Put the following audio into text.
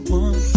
one